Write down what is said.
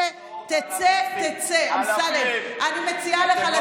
אלה שחוסמים את איילון שלוש שעות, אנרכיסטים.